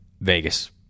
Vegas